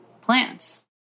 plants